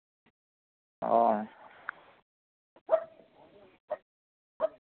ᱚ